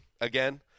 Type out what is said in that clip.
again